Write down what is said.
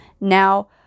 Now